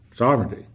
sovereignty